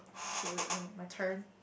okay wait let me my turn